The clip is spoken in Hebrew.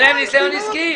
אין להם ניסיון עסקי.